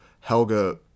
Helga